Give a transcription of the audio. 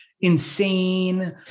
insane